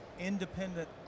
independent